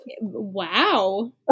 Wow